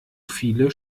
viele